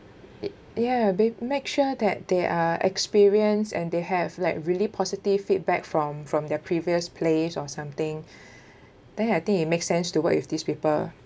it ya they make sure that they are experience and they have like really positive feedback from from their previous place or something then I think it makes sense to work with these people